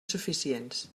suficients